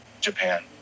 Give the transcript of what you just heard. Japan